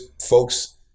folks